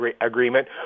agreement